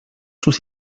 sus